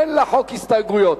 אין לחוק הסתייגויות.